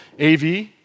AV